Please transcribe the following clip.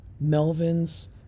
Melvin's